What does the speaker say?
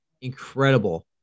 incredible